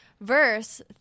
Verse